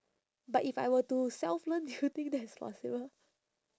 but if I were to self learn do you think that is possible